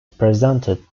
presented